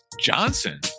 Johnson